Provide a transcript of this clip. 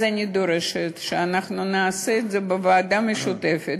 אני דורשת שאנחנו נעסוק בזה בוועדה משותפת,